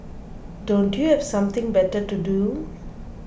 don't you have something better to do